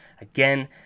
Again